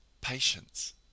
patience